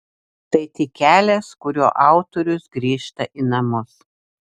tai tik kelias kuriuo autorius grįžta į namus